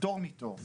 פטור מתור.